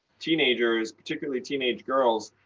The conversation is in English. teenagers, particularly teenage girls,